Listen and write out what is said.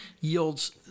yields